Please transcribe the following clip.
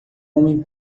homem